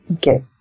get